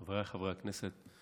חבריי חברי הכנסת,